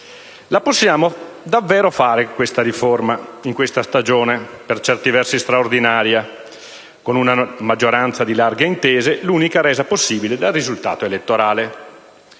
Possiamo davvero farla questa riforma, in questa stagione per certi versi straordinaria, con una maggioranza di larghe intese, l'unica resa possibile dal risultato elettorale.